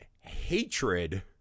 hatred